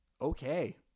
okay